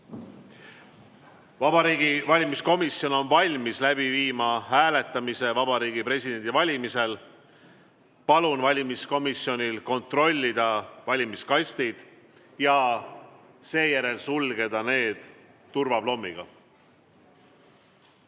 Vabariigi Valimiskomisjon on valmis läbi viima hääletamise Vabariigi Presidendi valimisel. Palun valimiskomisjonil kontrollida valimiskastid ja seejärel sulgeda need turvaplommiga.